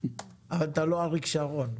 אבל אתה לא אריק שרון.